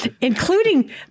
Including